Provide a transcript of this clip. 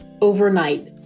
overnight